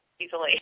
easily